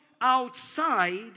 outside